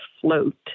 float